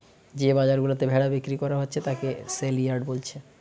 যে বাজার গুলাতে ভেড়া বিক্রি কোরা হচ্ছে তাকে সেলইয়ার্ড বোলছে